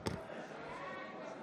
(קוראת בשמות חברי הכנסת)